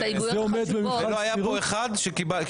שיקול דעת של --- ולא היה פה אחד שקיבל חצי דקה.